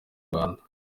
rwanda